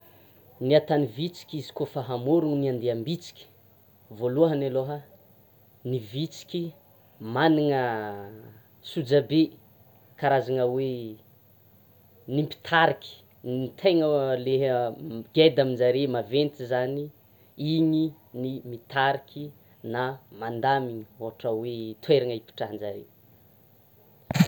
Ny ataon'ny vitsiky izy koa fa hamorona ny andiam-bitsika, voalohany aloha, ny vitsiky manana sojabe karazana hoe: ny mpitarika ny tegna le geda aminjare, maventy zany, iny no mitariky na mandaminy, ohatra hoe: toerana hipitrahanjare.